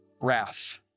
wrath